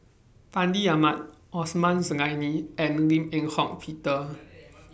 Fandi Ahmad Osman Zailani and Lim Eng Hock Peter